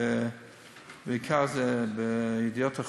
בעיקר ב"ידיעות אחרונות",